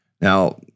Now